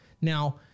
Now